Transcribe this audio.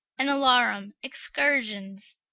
an alarum excursions.